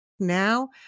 now